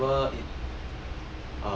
whatever